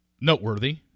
noteworthy